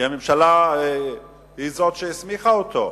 כי הממשלה היא זאת שהסמיכה אותו,